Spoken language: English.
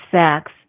sex